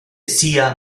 sia